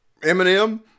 Eminem